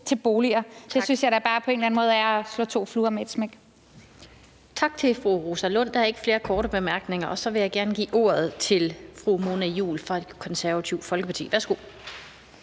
til boliger. Det synes jeg da bare på en eller anden måde er at slå to fluer med ét smæk. Kl. 16:43 Den fg. formand (Annette Lind): Tak til fru Rosa Lund. Der er ikke flere korte bemærkninger. Og så vil jeg gerne give ordet til fru Mona Juul fra Det Konservative Folkeparti. Værsgo.